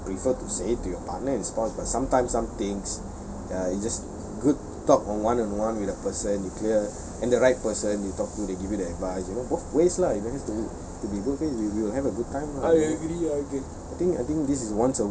ya of course you prefer to say it to your partner and spouse but sometimes some things uh it's just good to talk one on one with a person you clear and the right person you talk to they give you the advice you know both ways lah don't just have to be both ways we we'll have a good time ah